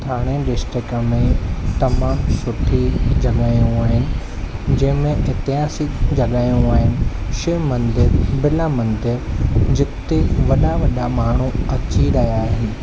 थाणे district में तमामु सुठी जॻहियूं आहिनि जंहिं में ऐतिहासिक जॻहियूं आहिनि शिव मंदरु बिरला मंदरु जिथे वॾा वॾा माण्हू अची रहिया आहिनि